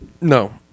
No